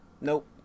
Nope